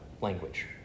language